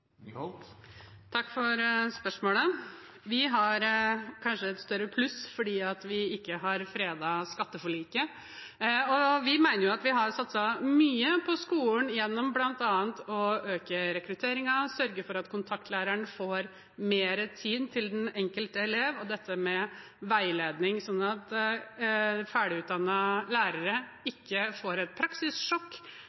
Takk for spørsmålet. Vi har kanskje et større pluss fordi vi ikke har fredet skatteforliket. Vi mener at vi har satset mye på skolen, gjennom bl.a. å øke rekrutteringen, sørge for at kontaktlæreren får mer tid til den enkelte elev, og når det gjelder veiledning, sånn at ferdigutdannede lærere